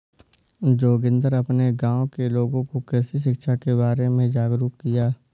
जोगिंदर अपने गांव के लोगों को कृषि शिक्षा के बारे में जागरुक किया